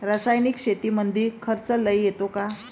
रासायनिक शेतीमंदी खर्च लई येतो का?